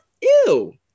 ew